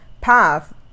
path